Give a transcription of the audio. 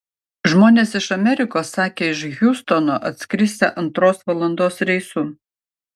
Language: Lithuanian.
žmonės iš amerikos sakė iš hjustono atskrisią antros valandos reisu